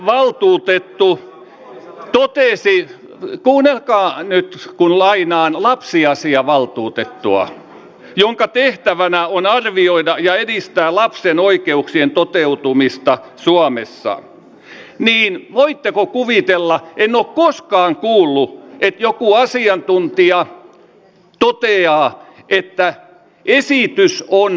lapsiasiavaltuutettu totesi kuunnelkaa nyt kun lainaan lapsiasiavaltuutettua jonka tehtävänä on arvioida ja edistää lapsen oikeuksien toteutumista suomessa voitteko kuvitella en ole koskaan kuullut että joku asiantuntija toteaa näin että esitys on vaarallinen